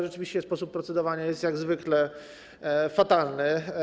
Rzeczywiście sposób procedowania nad nią jest jak zwykle fatalny.